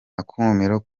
akumiro